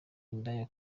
indaya